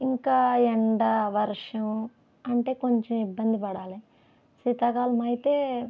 ఇంకా ఎండ వర్షం అంటే కొంచెం ఇబ్బంది పడాలి శీతాకాలం అయితే